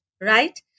Right